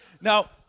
Now